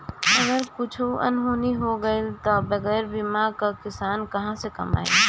अगर कुछु अनहोनी हो गइल तब तअ बगैर बीमा कअ किसान कहां से कमाई